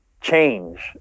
change